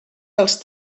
dels